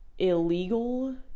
illegal